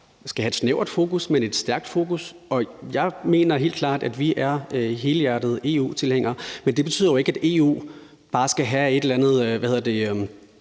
skal have et snævert fokus, men et stærkt fokus, og jeg mener helt klart, at vi er helhjertede EU-tilhængere, men det betyder jo ikke, at EU bare skal have et eller andet